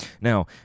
Now